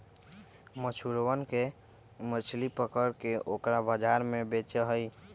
मछुरवन मछली पकड़ के ओकरा बाजार में बेचा हई